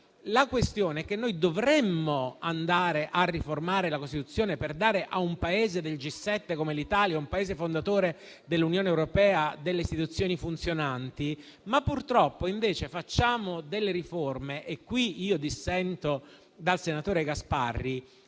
La questione allora è che noi dovremmo riformare la Costituzione per dare a un Paese del G7 come l'Italia, un Paese fondatore dell'Unione europea, istituzioni funzionanti, ma purtroppo invece facciamo riforme - e qui dissento dal senatore Gasparri